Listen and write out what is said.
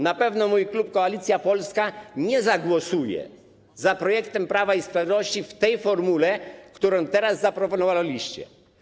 Na pewno mój klub Koalicja Polska nie zagłosuje za projektem Prawa i Sprawiedliwości w tej formule, którą teraz zaproponowaliście.